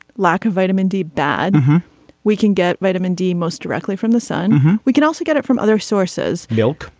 lack of vitamin d bad we can get vitamin d most directly from the sun. we can also get it from other sources. milk.